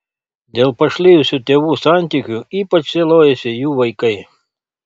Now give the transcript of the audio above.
dėl pašlijusių tėvų santykių ypač sielojosi jų vaikai